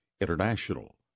international